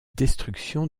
destruction